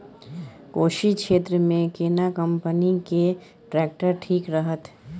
कोशी क्षेत्र मे केना कंपनी के ट्रैक्टर ठीक रहत?